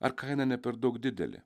ar kaina ne per daug didelė